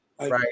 Right